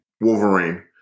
Wolverine